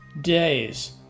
days